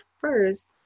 first